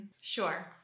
Sure